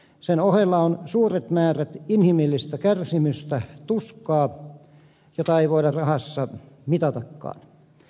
sen ohella on suuret määrät inhimillistä kärsimystä tuskaa jota ei voida rahassa mitatakaan